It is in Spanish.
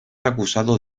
acusado